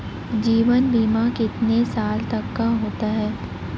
जीवन बीमा कितने साल तक का होता है?